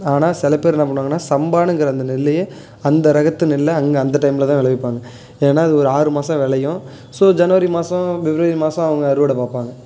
ஆனால் சில பேர் என்ன பண்ணுவாங்கன்னால் சாம்பானுங்கிற அந்த நெல்லையே அந்த ரகத்து நெல்லை அங்கேஅந்த டைமில் தான் விளைவிப்பாங்க ஏன்னால் அது ஒரு ஆறு மாதம் விளையும் ஸோ ஜனவரி மாதம் பிப்ரவரி மாதம் அவங்க அறுவடை பார்ப்பாங்க